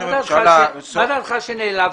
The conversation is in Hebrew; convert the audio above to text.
מה דעתך שנעלבתי?